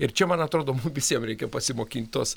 ir čia man atrodo visiem reikia pasimokint tos